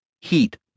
Heat